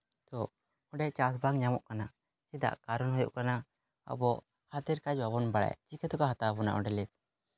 ᱛᱳ ᱚᱸᱰᱮ ᱪᱟᱱᱥ ᱵᱟᱝ ᱧᱟᱢᱚᱜ ᱠᱟᱱᱟ ᱪᱮᱫᱟᱜ ᱠᱟᱨᱚ ᱦᱩᱭᱩᱜ ᱠᱟᱱᱟ ᱟᱵᱚ ᱦᱟᱛᱮᱨ ᱠᱟᱡᱽ ᱵᱟᱵᱚᱱ ᱵᱟᱲᱟᱭᱟ ᱪᱤᱠᱟᱹ ᱛᱮᱠᱚ ᱦᱟᱛᱟᱣ ᱵᱚᱱᱟ ᱞᱟᱹᱭᱢᱮ